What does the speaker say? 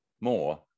More